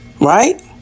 Right